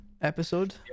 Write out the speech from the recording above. episode